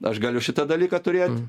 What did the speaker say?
aš galiu šitą dalyką turėt